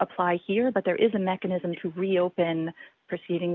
apply here but there is a mechanism to reopen proceedings